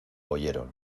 oyeron